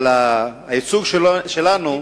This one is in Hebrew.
אבל הייצוג שלנו,